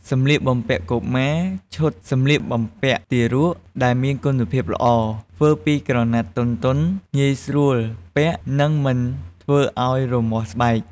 សម្លៀកបំពាក់កុមារ ឈុតសម្លៀកបំពាក់ទារកដែលមានគុណភាពល្អ ធ្វើពីក្រណាត់ទន់ៗ ងាយស្រួលពាក់ និងមិនធ្វើឲ្យរមាស់ស្បែក។